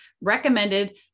recommended